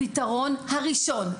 הפתרון הראשון,